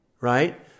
right